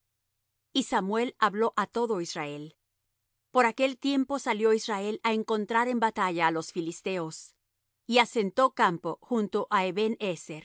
y samuel habló á todo israel por aquel tiempo salió israel á encontrar en batalla á los filisteos y asentó campo junto á